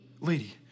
Lady